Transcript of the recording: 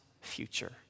future